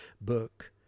book